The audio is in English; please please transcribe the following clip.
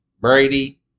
Brady